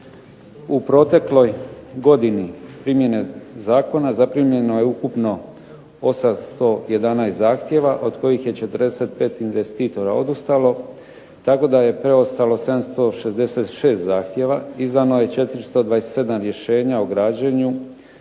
U protekloj godini primjene zakona zaprimljeno je ukupno 811 zahtjeva od kojih je 45 investitora odustalo tako da je preostalo 766 zahtjeva. Izdano je 427 rješenja o građenju,